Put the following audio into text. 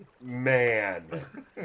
man